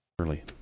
early